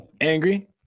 angry